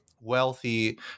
wealthy